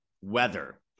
weather